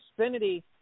Xfinity